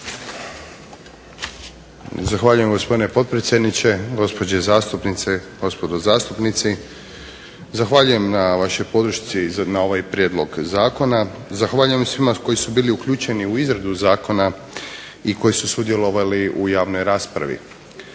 Zahvaljujem gospodine potpredsjedniče, gospođe zastupnice, gospodo zastupnici. Zahvaljujem na vašoj podršci na ovaj prijedlog zakona. Zahvaljujem svima koji su bili uključeni u izradu zakona i koji su sudjelovali u javnoj raspravi.